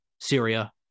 Syria